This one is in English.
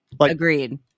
Agreed